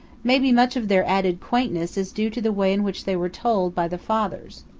maybe much of their added quaint-ness is due to the way in which they were told by the fathers.